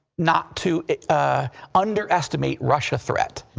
not to underestimate russia threat.